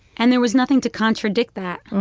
and there was nothing to contradict that